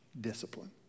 discipline